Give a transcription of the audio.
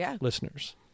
listeners